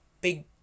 big